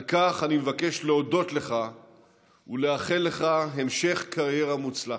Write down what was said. על כך אני מבקש להודות לך ולאחל לך המשך קריירה מוצלחת.